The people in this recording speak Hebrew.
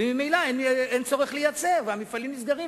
וממילא אין צורך לייצר והמפעלים נסגרים,